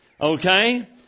Okay